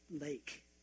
lake